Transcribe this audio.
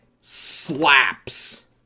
slaps